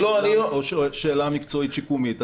או שואל שאלה מקצועית שיקומית?